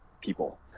people